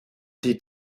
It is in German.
die